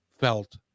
felt